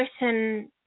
written